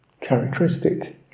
characteristic